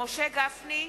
משה גפני,